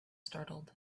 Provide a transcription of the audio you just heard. startled